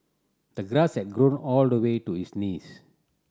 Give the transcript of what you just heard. the grass has grown all the way to his knees